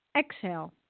exhale